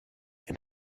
and